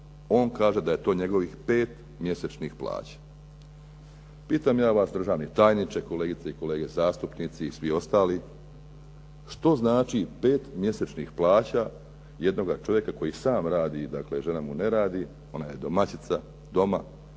On kaže da je to njegovih 5 mjesečnih plaća. Pitam ja vas državni tajniče, kolegice i kolege zastupnici i svi ostali, što znači 5 mjesečnih plaća jednoga čovjeka koji sam radi, dakle žena mu ne radi, ona je domaćica doma,